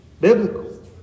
biblical